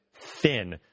thin